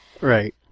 Right